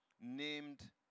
named